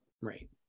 Right